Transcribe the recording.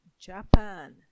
japan